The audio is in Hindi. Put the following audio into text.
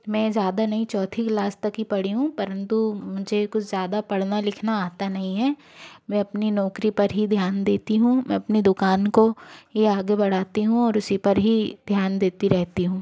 मैं ज़्यादा नहीं चौथी क्लास तक की पढ़ी हूँ परंतु मुझे कुछ ज़्यादा पढ़ना लिखना आता नहीं है मैं अपनी नौकरी पर ही ध्यान देता हूँ मैं अपनी दुकान को ही आगे बढ़ाती हूँ और उसी पर ही ध्यान देती रेहती हूँ